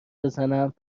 بزنم